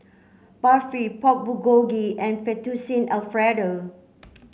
Barfi Pork Bulgogi and Fettuccine Alfredo